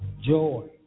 joy